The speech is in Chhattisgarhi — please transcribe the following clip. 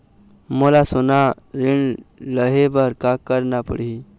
मोला सोना ऋण लहे बर का करना पड़ही?